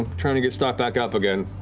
um trying to get stocked back up again.